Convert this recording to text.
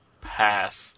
Pass